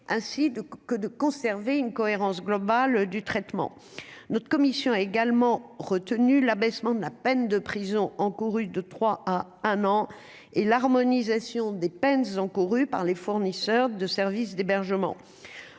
ainsi que de conserver une cohérence globale du traitement notre commission a également retenu l'abaissement de la peine de prison encourue de 3 à un an et l'harmonisation des peines encourues par les fournisseurs de services d'hébergement,